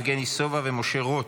יבגני סובה ומשה רוט.